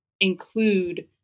include